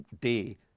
day